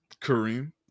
Kareem